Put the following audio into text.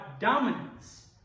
dominance